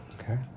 Okay